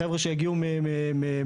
החבר'ה שיגיעו מהבקעה,